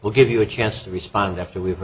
will give you a chance to respond after we've